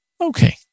Okay